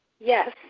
Yes